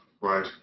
right